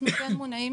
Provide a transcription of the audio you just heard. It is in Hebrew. אנחנו מונעים